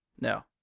No